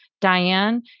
Diane